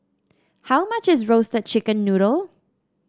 how much is Roasted Chicken Noodle